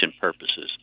purposes